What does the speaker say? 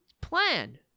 plan